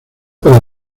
para